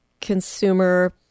consumer